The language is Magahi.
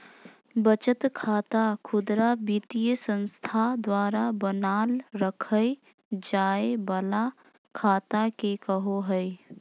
बचत खाता खुदरा वित्तीय संस्था द्वारा बनाल रखय जाय वला खाता के कहो हइ